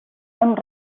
amb